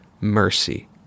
mercy